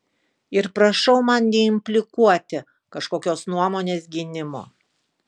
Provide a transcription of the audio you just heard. ir prašau man neimplikuoti kažkokios nuomonės gynimo